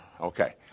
okay